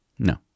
No